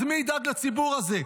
אז מי ידאג לציבור הזה,